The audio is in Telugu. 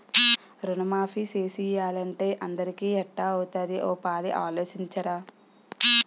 రుణమాఫీ సేసియ్యాలంటే అందరికీ ఎట్టా అవుతాది ఓ పాలి ఆలోసించరా